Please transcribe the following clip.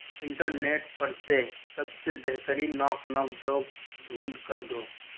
internet پر سے سب سے بہترین ناک ناک جوک ڈھونڈھ کر دو